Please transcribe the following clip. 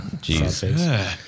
Jesus